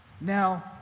Now